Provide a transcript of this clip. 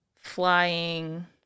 flying